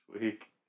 week